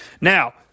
Now